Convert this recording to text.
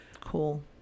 Cool